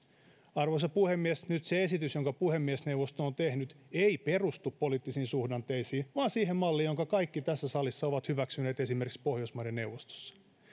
arvoisa puhemies nyt se esitys jonka puhemiesneuvosto on tehnyt ei perustu poliittisiin suhdanteisiin vaan siihen malliin jonka kaikki tässä salissa ovat hyväksyneet esimerkiksi pohjoismaiden neuvostossa